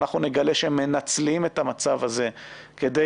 ואנחנו נגלה שהם מנצלים את המצב הזה כדי